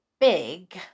big